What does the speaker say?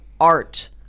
art